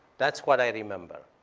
that's what i remember.